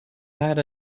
had